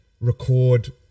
record